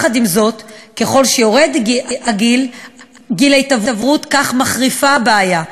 עם זאת, ככל שיורד גיל ההתעוורות כך מחריפה הבעיה.